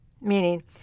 meaning